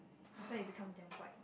that's why you become damn white